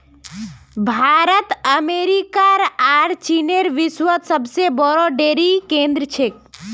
भारत अमेरिकार आर चीनेर विश्वत सबसे बोरो डेरी केंद्र छेक